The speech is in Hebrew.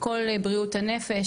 כל בריאות הנפש,